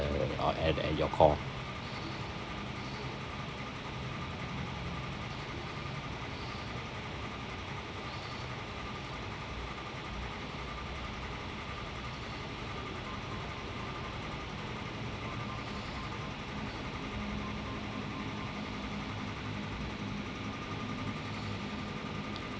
uh at at your call